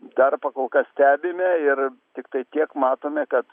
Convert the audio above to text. darbą pakol kas stebime ir tiktai tiek matome kad